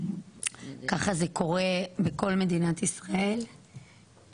ככה זה קורה בכל מדינת ישראל,